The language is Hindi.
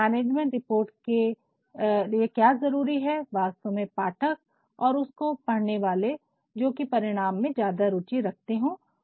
मैनेजमेंट रिपोर्ट में क्या ज़रूरी है वास्तव में पाठक और उसको पढ़ने वाले जोकि परिणाम में ज्यादा रूचि रखते हो